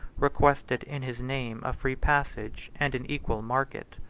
requested in his name a free passage and an equal market.